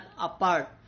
apart